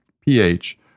pH